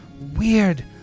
weird